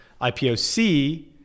IPOC